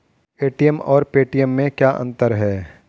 ATM और Paytm में क्या अंतर है?